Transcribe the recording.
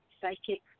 psychic